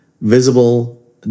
Visible